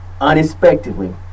Unexpectedly